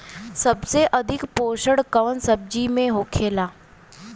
सबसे अधिक पोषण कवन सब्जी में होखेला?